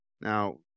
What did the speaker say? Now